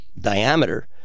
diameter